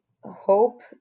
hope